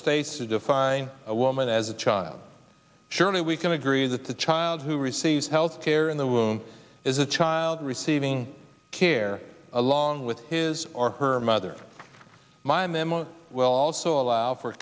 states to define a woman as a child surely we can agree that the child who receives health care in the womb is a child receiving care along with his or her mother my memo will also allow for